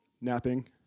napping